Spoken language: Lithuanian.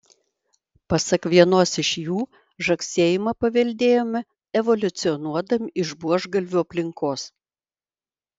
pasak vienos iš jų žagsėjimą paveldėjome evoliucionuodami iš buožgalvių aplinkos